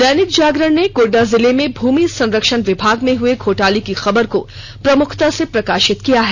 दैनिक जागरण ने गोड्डा जिले में भूमि संरक्षण विभाग में हुए घोटाले की खबर को प्रमुखता से प्रकाषित किया है